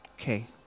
Okay